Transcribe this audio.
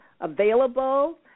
available